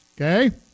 Okay